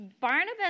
Barnabas